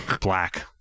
Black